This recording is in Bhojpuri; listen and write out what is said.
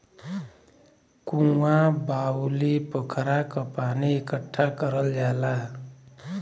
कुँआ, बाउली, पोखरा क पानी इकट्ठा करल जाला